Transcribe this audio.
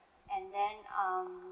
and then um